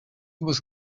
was